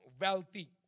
wealthy